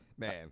Man